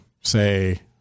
say